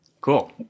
Cool